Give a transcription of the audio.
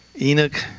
Enoch